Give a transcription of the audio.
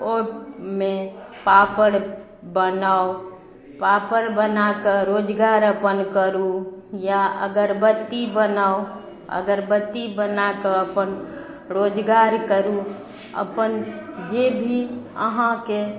ओइमे पापड़ बनाउ पापड़ बनाकऽ रोजगार अपन करू या अगरबत्ती बनाउ अगरबत्ती बनाकऽ अपन रोजगार करू अपन जे भी अहाँके